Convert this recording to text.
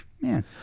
man